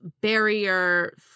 barrier